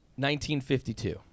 1952